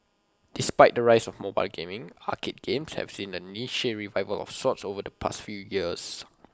despite the rise of mobile gaming arcade games have seen A niche revival of sorts over the past few years